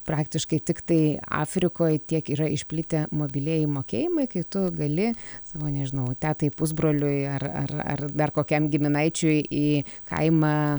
praktiškai tiktai afrikoj tiek yra išplitę mobilieji mokėjimai kai tu gali savo nežinau tetai pusbroliui ar ar ar dar kokiam giminaičiui į kaimą